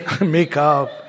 makeup